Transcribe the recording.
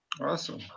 Awesome